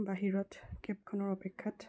বাহিৰত কেবখনৰ অপেক্ষাত